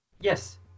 Yes